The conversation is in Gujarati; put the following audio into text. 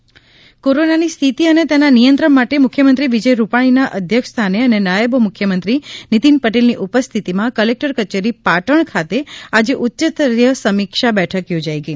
પાટણ બેઠક સીએમ કોરોનાની સ્થિતિ અને તેના નિયંત્રણ માટે મુખ્યમંત્રી વિજય રૂપાણીના અધ્યક્ષ સ્થાને અને નાયબ મુખ્યમંત્રી નીતિન પટેલની ઉપસ્થિતિમાં કલેક્ટર કચેરી પાટણ ખાતે આજે ઉચ્યસ્તરીય સમીક્ષા બેઠક યોજાઇ ગઈ